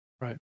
Right